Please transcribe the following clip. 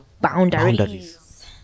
Boundaries